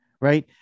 right